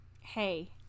hey